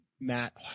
Matt